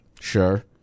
Sure